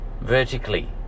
vertically